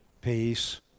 Peace